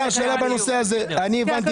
בנושא הזה, שאלה: